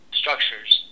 structures